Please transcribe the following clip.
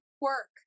work